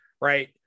right